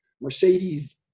Mercedes